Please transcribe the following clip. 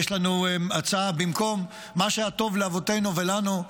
יש לנו הצעה במקום: מה שהיה טוב לאבותינו ולנו,